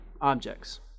objects